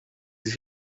sich